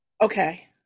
Okay